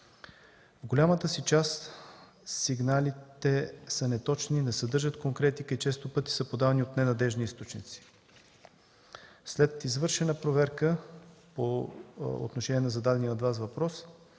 В голямата си част сигналите са неточни, не съдържат конкретика и често пъти са подавани от ненадеждни източници. След извършена проверка по отношение на зададения от Вас въпрос